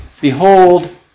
Behold